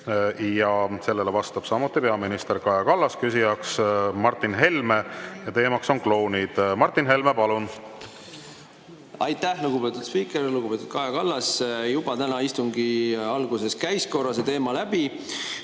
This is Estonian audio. Sellele vastab samuti peaminister Kaja Kallas, küsija on Martin Helme ja teema on klounid. Martin Helme, palun! Aitäh, lugupeetud spiiker! Lugupeetud Kaja Kallas! Täna istungi alguses juba käis korra see teema läbi.